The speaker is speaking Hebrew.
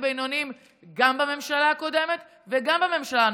ובינוניים גם בממשלה הקודמת וגם בממשלה הנוכחית.